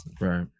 Right